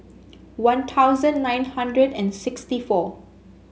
One Thousand nine hundred and sixty four